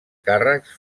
càrrecs